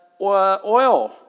Oil